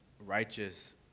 righteous